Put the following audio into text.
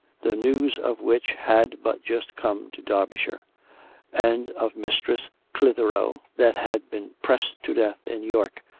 the news of which had but just come to derbyshire and of mistress clitheroe, that had been pressed to death in york,